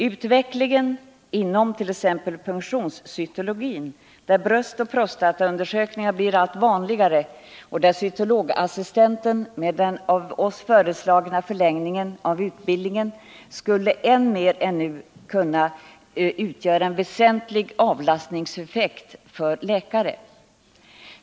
Utvecklingen inom t.ex. punktionscytologin, där bröstoch prostataundersökningar blir allt vanligare, gör att den av oss föreslagna förlängningen av utbildningen för cytologassistenter skulle kunna innebära en väsentlig avlastning för läkarna.